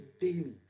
daily